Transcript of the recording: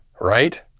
right